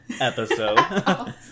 episode